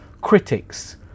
critics